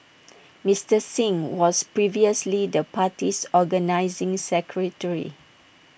Mister Singh was previously the party's organising secretary